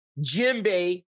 Jimbei